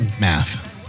Math